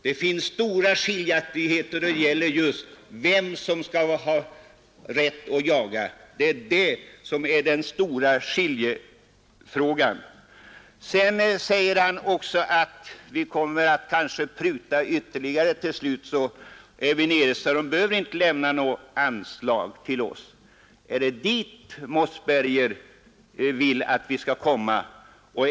Vi har mycket stora olikheter i uppfattningen om vem som skall ha rätt att jaga, och det är det som är den stora skiljande frågan mellan oss. Vidare säger herr Mossberger att vi kanske kommer att pruta ytterligare på våra anspråk så att man kanske till slut inte kommer att behöva lämna något anslag till oss. Är det dit herr Mossberger vill att vi skall komma?